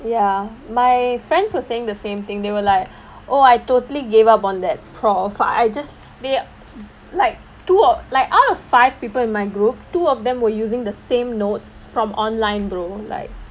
ya my friends were saying the same thing they were like oh I totally gave up on that professor I just they like two like out of five people in my group two of them were using the same notes from online brother like